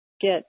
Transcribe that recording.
get